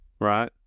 right